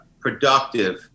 productive